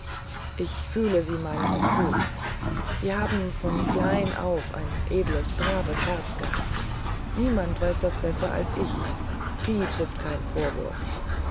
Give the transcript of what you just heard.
ich fühle sie meinen es gut sie haben von klein auf ein edles braves herz gehabt niemand weiß das besser als ich sie trifft kein vorwurf